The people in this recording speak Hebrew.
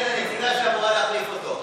הינה הנציגה שאמורה להחליף אותו.